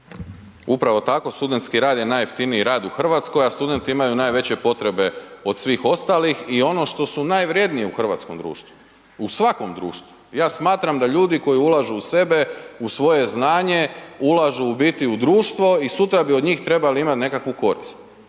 Upravo tako, studentski rad je najjeftiniji rad u RH, a studenti imaju najveće potrebe od svih ostalih i ono što su najvrednije u hrvatskom društvu, u svakom društvu, ja smatram da ljudi koji ulažu u sebe, u svoje znanje, ulažu u biti u društvo i sutra bi od njih trebali imat nekakvu korist,